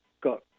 got